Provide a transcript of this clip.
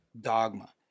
dogma